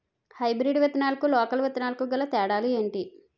Hybrid విత్తనాలకు local విత్తనాలకు గల తేడాలు ఏంటి?